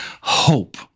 hope